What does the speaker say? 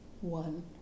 one